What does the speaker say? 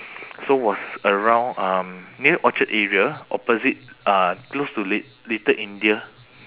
so was around um near orchard area opposite uh close to lit~ little india